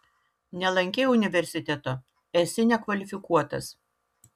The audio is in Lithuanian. nelankei universiteto esi nekvalifikuotas